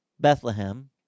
Bethlehem